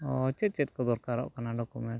ᱚ ᱪᱮᱫ ᱪᱮᱫ ᱠᱚ ᱫᱚᱨᱠᱟᱨᱚᱜ ᱠᱟᱱᱟ ᱰᱳᱠᱚᱢᱮᱱᱴ